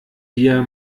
wir